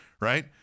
right